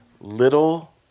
little